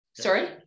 sorry